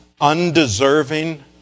undeserving